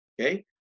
Okay